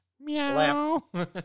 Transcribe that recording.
Meow